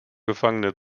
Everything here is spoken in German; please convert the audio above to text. gefangene